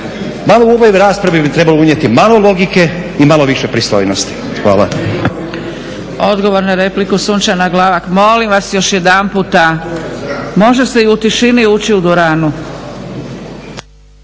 Malo u ovoj raspravi bi trebalo unijeti malo logike i malo više dostojnosti. Hvala. **Zgrebec, Dragica (SDP)** Odgovor na repliku, Sunčana Glavak. Molim vas, još jedanputa, može se i u tišini ući u dvoranu.